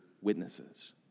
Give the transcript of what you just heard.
witnesses